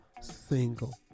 single